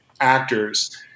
actors